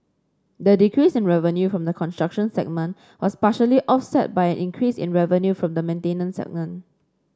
the decrease in revenue from the construction segment was partially offset by an increase in revenue from the maintenance segment